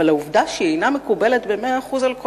אבל העובדה שהיא אינה מקובלת במאה אחוז על כל